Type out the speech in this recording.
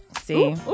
See